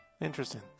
Interesting